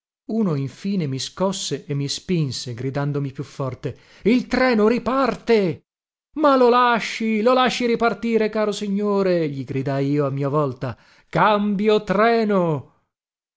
uno infine mi scosse e mi spinse gridandomi più forte il treno riparte ma lo lasci lo lasci ripartire caro signore gli gridai io a mia volta cambio treno